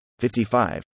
55